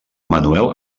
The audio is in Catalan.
manuel